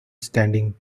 standing